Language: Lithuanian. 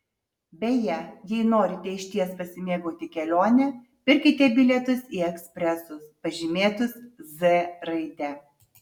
beje jei norite išties pasimėgauti kelione pirkite bilietus į ekspresus pažymėtus z raide